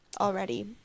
already